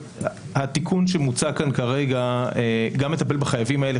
התיקון שמוצע כאן כרגע גם מטפל בחייבים האלה,